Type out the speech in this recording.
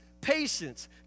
patience